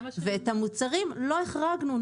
ואת המוצרים לא החרגנו,